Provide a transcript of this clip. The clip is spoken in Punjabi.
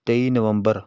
ਤੇਈ ਨਵੰਬਰ